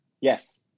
Yes